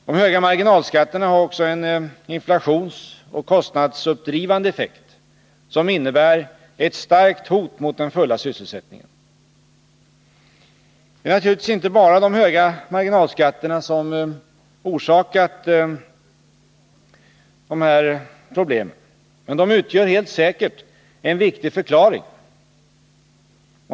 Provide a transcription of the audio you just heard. De höga marginalskatterna har också en inflationsoch kostnadsuppdrivande effekt, som innebär ett starkt hot mot den fulla sysselsättningen. Det är naturligtvis inte bara de höga marginalskatterna som orsakat dessa problem, men de utgör helt säkert en viktig förklaring.